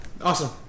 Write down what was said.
awesome